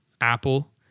Apple